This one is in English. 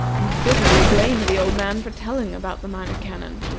and bitterly blamed the old man for telling about the minor canon.